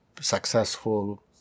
successful